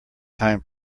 time